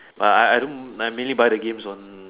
but I I don't I mainly buy the games on